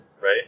right